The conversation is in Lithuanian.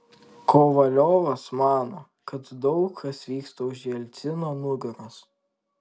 kovaliovas mano kad daug kas vyksta už jelcino nugaros